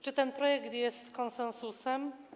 Czy ten projekt jest konsensusem?